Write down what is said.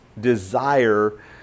desire